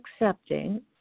accepting